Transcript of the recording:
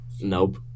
Nope